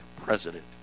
president